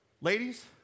Ladies